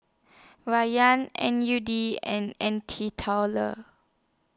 N U D and N T